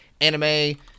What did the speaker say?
anime